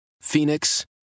Phoenix